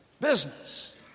Business